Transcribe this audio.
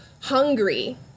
hungry